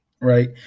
right